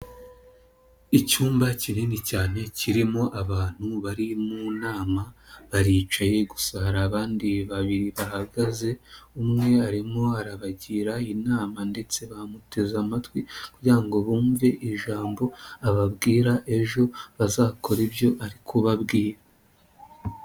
Icyumba kinini cyane kirimo abantu bari mu nama, baricaye gusa hari abandi babiri bahagaze, umwe arimo arabagira inama ndetse bamuteze amatwi kugira ngo bumve ijambo ababwira, ejo bazakore ibyo ari kubabwira.